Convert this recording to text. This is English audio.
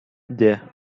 there